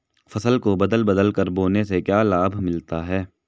फसल को बदल बदल कर बोने से क्या लाभ मिलता है?